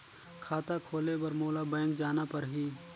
खाता खोले बर मोला बैंक जाना परही?